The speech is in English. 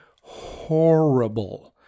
horrible